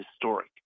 historic